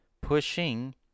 pushing